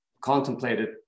contemplated